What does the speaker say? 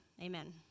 Amen